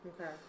okay